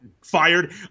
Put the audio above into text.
fired